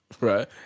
right